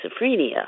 schizophrenia